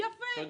תודה.